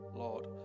Lord